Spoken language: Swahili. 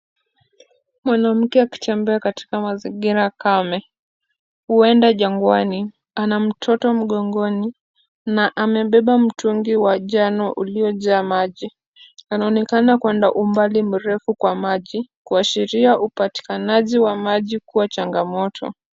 Mwanamke akitembea katika mazingira kame huenda jangwani. Ana mtoto mgongoni na amebeba mtungi wa njano uliojaa maji. Anaonekana kuenda umbali mrefu kwa maji. Kuashiria upatikanaji wa maji kuwa changamoto.